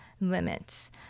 limits